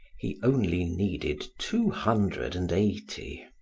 he only needed two hundred and eighty.